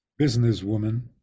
businesswoman